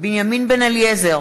בנימין בן-אליעזר,